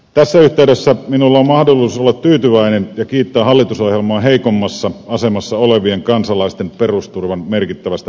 tässä yhteydessä minulla on mahdollisuus olla tyytyväinen ja kiittää hallitusohjelmaa heikommassa asemassa olevien kansalaisten perusturvan merkittävästä parantamisesta